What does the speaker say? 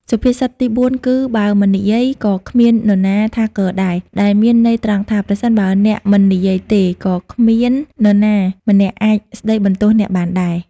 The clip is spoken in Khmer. សុភាសិតទីបួនគឺ បើមិននិយាយ ក៏គ្មាននរណាថាគដែរ ដែលមានន័យត្រង់ថា ប្រសិនបើអ្នកមិននិយាយទេ ក៏គ្មាននរណាម្នាក់អាចស្តីបន្ទោសអ្នកបានដែរ។